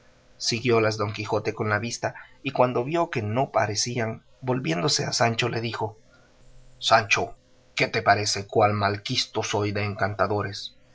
legua siguiólas don quijote con la vista y cuando vio que no parecían volviéndose a sancho le dijo sancho qué te parece cuán malquisto soy de encantadores